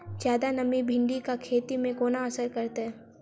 जियादा नमी भिंडीक खेती केँ कोना असर करतै?